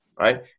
right